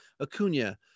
Acuna